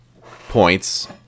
points